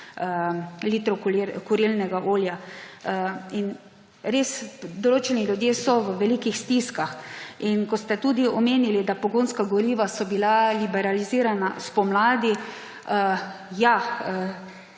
litrov kurilnega olja. In določeni ljudje so res v velikih stiskah. In ko ste tudi omenili, da so pogonska goriva bila liberalizirana spomladi, ja,